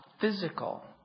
physical